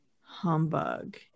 humbug